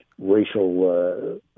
racial